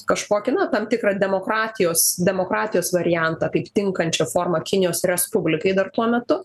kažkokį na tam tikrą demokratijos demokratijos variantą kaip tinkančią formą kinijos respublikai dar tuo metu